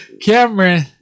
Cameron